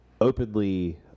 openly